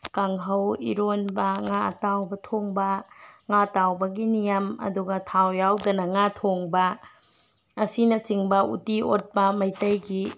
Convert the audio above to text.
ꯀꯥꯡꯍꯧ ꯏꯔꯣꯟꯕ ꯉꯥ ꯑꯇꯥꯎꯕ ꯊꯣꯡꯕ ꯉꯥ ꯇꯥꯎꯕꯒꯤ ꯅꯤꯌꯝ ꯑꯗꯨꯒ ꯊꯥꯎ ꯌꯥꯎꯗꯅ ꯉꯥ ꯊꯣꯡꯕ ꯑꯁꯤꯅ ꯆꯤꯡꯕ ꯎꯠꯇꯤ ꯑꯣꯠꯄ ꯃꯩꯇꯩꯒꯤ